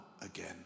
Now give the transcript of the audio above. again